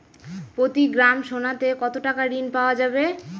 প্রতি গ্রাম সোনাতে কত টাকা ঋণ পাওয়া যাবে?